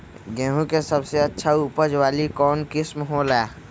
गेंहू के सबसे अच्छा उपज वाली कौन किस्म हो ला?